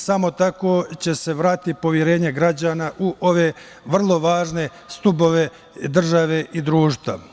Samo tako će se vratiti poverenje građana u ove vrlo važne stubove države i društva.